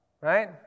Right